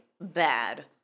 bad